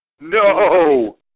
No